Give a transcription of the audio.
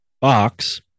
box